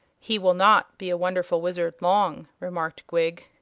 he will not be a wonderful wizard long, remarked gwig.